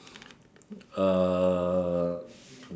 uh